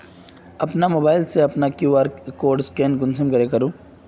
अपना मोबाईल से अपना कियु.आर कोड स्कैन कुंसम करे करूम?